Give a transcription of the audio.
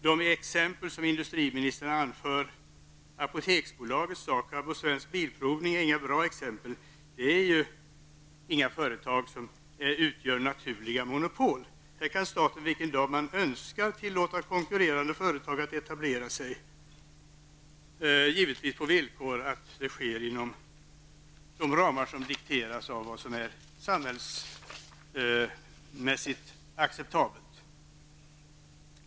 De exempel som industriministern anför, Apoteksbolaget, SAKAB och Svensk Bilprovning, är inte några bra exempel. Inget av dessa företag utgör ju naturliga monopol. Här kan staten vilken dag man önskar tillåta ett konkurrerande företag att etablera sig -- givetvis på villkor att verksamheten sker inom de ramar som dikteras av vad som är samhällsmässigt acceptabelt.